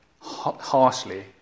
harshly